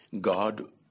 God